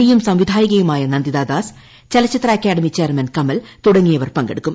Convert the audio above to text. നടിയും സംവിധായികയുമായ നന്ദിതാ ദാസ് ചലച്ചിത്ര അക്കാദമി ചെയർമാൻ കമൽ തുടങ്ങിയവർ ച്ചടങ്ങിൽ പങ്കെടുക്കും